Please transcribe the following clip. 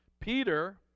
Peter